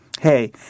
Hey